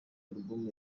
album